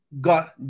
God